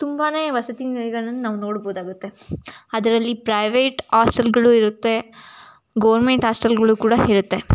ತುಂಬಾ ವಸತಿನಿಲಯಗಳನ್ನು ನಾವು ನೋಡ್ಬೋದಾಗತ್ತೆ ಅದರಲ್ಲಿ ಪ್ರೈವೇಟ್ ಆಸ್ಟೆಲ್ಗಳು ಇರುತ್ತೆ ಗೌರ್ಮೆಂಟ್ ಹಾಸ್ಟೆಲ್ಗಳು ಕೂಡ ಇರುತ್ತೆ